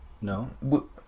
No